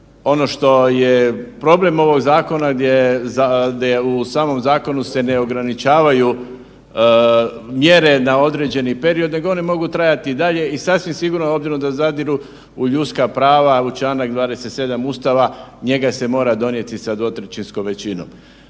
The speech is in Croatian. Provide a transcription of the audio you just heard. Ono što je problem ovog zakona gdje, u samom zakonu se ne ograničavaju mjere na određeni period nego one mogu trajati i dalje i sasvim sigurno obzirom da zadiru u ljudska prava, u čl. 27. Ustava, njega se mora donijeti sa dvotrećinskom većinom.